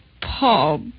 Paul